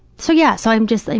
so yeah, so i'm just, like